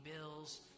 bills